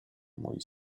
mój